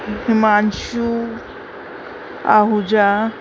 Himanshu Ahuja